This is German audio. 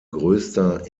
größter